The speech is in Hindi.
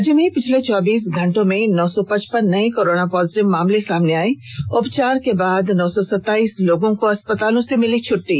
राज्य में पिछले चौबीस घंटे में नौ सौ पचपन नए कोरोना पॉजिटिव मामले सामने आए उपचार के बाद नौ सौ सताइस लोगों को अस्पतालों से मिली छट्टी